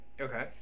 Okay